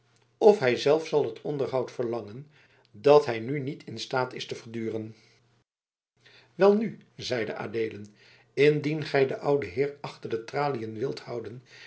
of hij zelf zal het onderhoud verlangen dat hij nu niet in staat is te verduren welnu zeide adeelen indien gij den ouden heer achter de traliën wilt houden